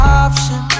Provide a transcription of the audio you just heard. option